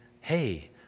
hey